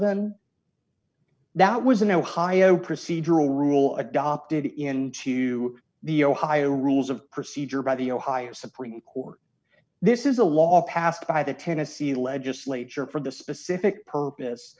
an that was an ohio procedural rule adopted into the ohio rules of procedure by the ohio supreme court this is a law passed by the tennessee legislature for the specific purpose